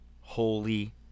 Holy